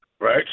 right